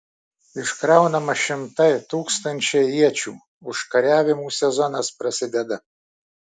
iškraunama šimtai tūkstančiai iečių užkariavimų sezonas prasideda